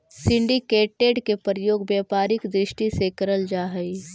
syndicated के प्रयोग व्यापारिक दृष्टि से करल जा हई